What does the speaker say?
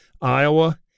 Iowa